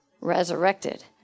Resurrected